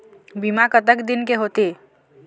बीमा कतक दिन के होते?